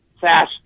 fast